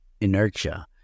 inertia